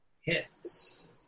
hits